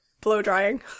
blow-drying